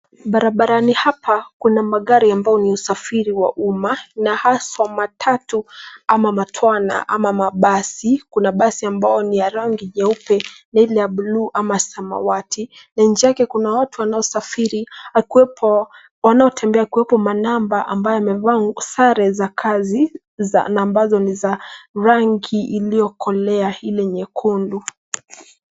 Barabarani hapa kuna magari ambayo ni ya usafiri wa umma na haswa matatu ama matwana ama mabasi. Kuna basi ambalo ni la rangi jeupe na buluu au samawati na nje yake kuna watu wanaosafiri wakiwepo wanaotembea, akiwepo manamba ambaye amevaa sare za kazi na ambazo ni za rangi iliyokole ile nyekundu.